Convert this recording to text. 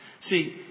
See